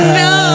no